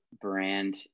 brand